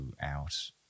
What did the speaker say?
out